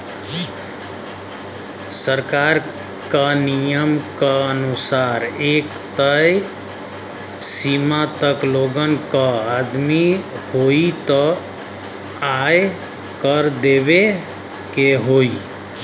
सरकार क नियम क अनुसार एक तय सीमा तक लोगन क आमदनी होइ त आय कर देवे के होइ